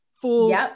Full